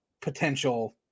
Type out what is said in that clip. potential